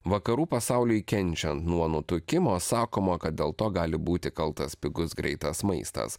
vakarų pasauliui kenčian nuo nutukimo sakoma kad dėl to gali būti kaltas pigus greitas maistas